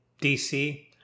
DC